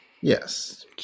Yes